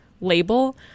label